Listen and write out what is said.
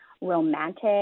romantic